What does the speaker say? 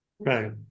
Right